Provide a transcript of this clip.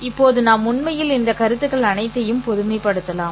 இப்போது நாம் உண்மையில் இந்த கருத்துக்கள் அனைத்தையும் பொதுமைப்படுத்தலாம்